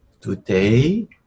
today